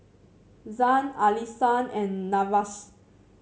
Zhane Allisson and Nevaeh